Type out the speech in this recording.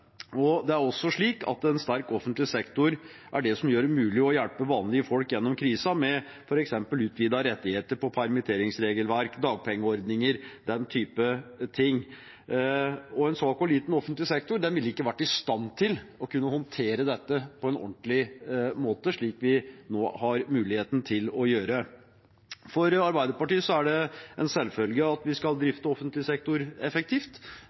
Det er også slik at en sterk offentlig sektor er det som gjør det mulig å hjelpe vanlige folk gjennom krisen – med f.eks. utvidede rettigheter når det gjelder permitteringsregelverk, dagpengeordninger og den typen ting. En svak og liten offentlig sektor ville ikke vært i stand til å kunne håndtere dette på en ordentlig måte, slik vi nå har muligheten til å gjøre. For Arbeiderpartiet er det en selvfølge at vi skal drifte offentlig sektor effektivt.